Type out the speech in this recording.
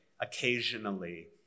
occasionally